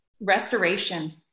restoration